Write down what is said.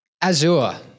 Azure